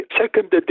second